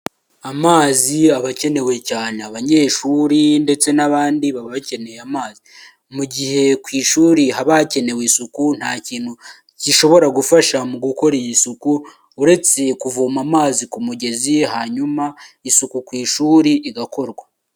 Amazi aba akenewe cyane abanyeshuri ndetse n'abandi baba bakeneye amazi mu gihe ku ishuri haba hakenewe isuku nta kintu gishobora gufasha mu gukora iyi suku uretse kuvoma amazi ku mugezi hanyuma isuku ku ishuri igakorwa.